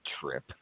trip